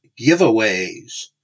giveaways